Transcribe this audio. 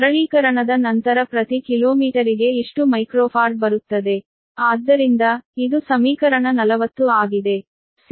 ಸರಳೀಕರಣದ ನಂತರ ಪ್ರತಿ ಕಿಲೋಮೀಟರಿಗೆ ಇಷ್ಟು ಮೈಕ್ರೋಫಾರ್ಡ್ ಬರುತ್ತದೆ